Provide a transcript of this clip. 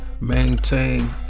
Maintain